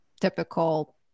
typical